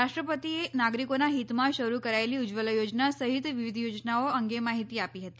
રાષ્ટ્રપતિ એ નાગરીકોનાં હિતમાં શરૂ કરાયેલી ઉજ્જવલા યોજના સહિત વિવિધ યોજનાઓ અંગે માહિતી આપી હતી